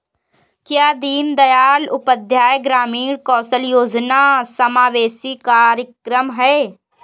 क्या दीनदयाल उपाध्याय ग्रामीण कौशल योजना समावेशी कार्यक्रम है?